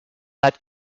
that